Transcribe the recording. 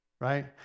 right